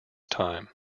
time